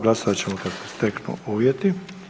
Glasovat ćemo kad se steknu uvjeti.